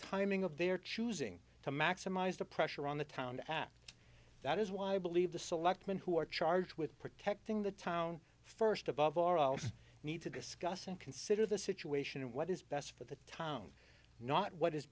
timing of their choosing to maximize the pressure on the town to act that is why i believe the selectmen who are charged with protecting the town first above all need to discuss and consider the situation and what is best for the town not what is